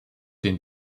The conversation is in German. den